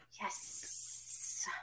Yes